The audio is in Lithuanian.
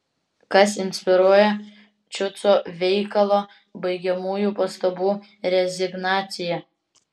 kas inspiruoja šiuco veikalo baigiamųjų pastabų rezignaciją